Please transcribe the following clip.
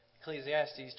Ecclesiastes